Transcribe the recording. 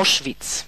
אושוויץ.